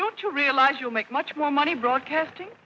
don't you realize you'll make much more money broadcasting